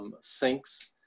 sinks